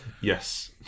Yes